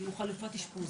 הוא חלופת אשפוז.